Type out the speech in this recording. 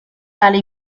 tale